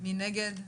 מי נגד?